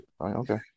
okay